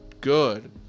good